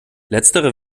letztere